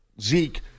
Zeke